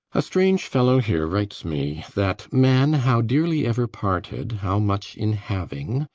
a strange fellow here writes me that man-how dearly ever parted, how much in having,